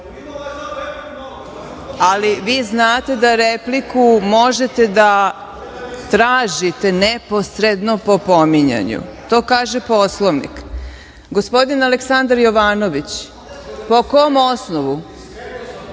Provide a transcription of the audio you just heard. vi znate da repliku možete da tražite neposredno po pominjanju. To kaže Poslovnik. Gospodin Aleksandar Jovanović po kom